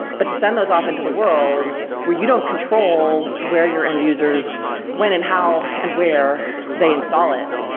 but to send those off into the world where you don't control where your end-users win and how and where they install it.